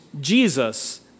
Jesus